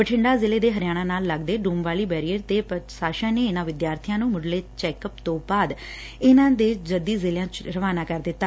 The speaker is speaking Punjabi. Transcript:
ਬਠਿੰਡਾ ਜ਼ਿਲ੍ਹੇ ਦੇ ਹਰਿਆਣਾ ਨਾਲ ਲੱਗਦੇ ਡੂਮਵਾਲੀ ਬੈਰੀਅਰ ਤੇ ਪ੍ਰਸ਼ਾਸਨ ਨੇ ਇੰਨੂਾਂ ਵਿਦਿਆਰਬੀਆਂ ਨੂੰ ਮੁੱਢਲੇ ਮੈਡੀਕਲ ਚੈਕਅੱਪ ਤੋਂ ਬਾਅਦ ਇੰਨੂਾਂ ਦੇ ਜੱਦੀ ਜ਼ਿਲ੍ਹਿਆਂ ਲਈ ਰਵਾਨਾ ਕੀਤਾ